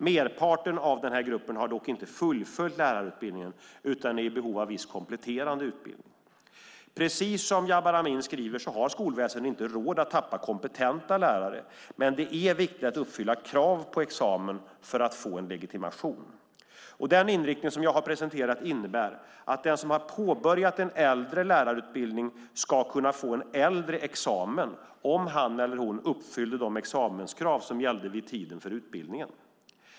Merparten av den gruppen har dock inte fullföljt lärarutbildningen utan är i behov av viss kompletterande utbildning. Precis som Jabar Amin skriver har skolväsendet inte råd att tappa kompetenta lärare, men det är viktigt att uppfylla krav på examen för att få en legitimation. Den inriktning som jag har presenterat innebär att den som har påbörjat en äldre lärarutbildning ska kunna få en äldre examen om han eller hon uppfyller de examenskrav som gällde vid tiden för utbildningen.